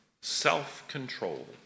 Self-control